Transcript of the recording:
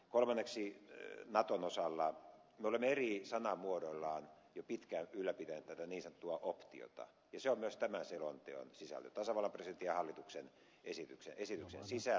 kolmanneksi naton osalta me olemme eri sanamuodoilla jo pitkään ylläpitäneet tätä niin sanottua optiota ja se on myös tämän selonteon sisältö tasavallan presidentin ja hallituksen esityksen sisältö